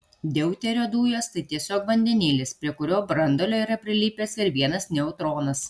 deuterio dujos tai tiesiog vandenilis prie kurio branduolio yra prilipęs ir vienas neutronas